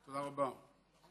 תודה רבה.